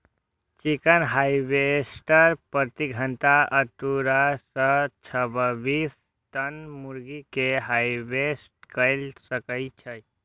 chicken harvester प्रति घंटा अट्ठारह सं छब्बीस टन मुर्गी कें हार्वेस्ट कैर सकै छै